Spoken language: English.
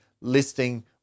listing